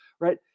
right